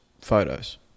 photos